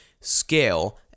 scale